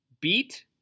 beat